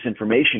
disinformation